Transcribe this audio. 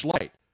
light